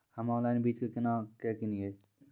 हम्मे ऑनलाइन बीज केना के किनयैय?